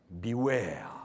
Beware